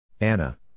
Anna